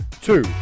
two